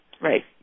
Right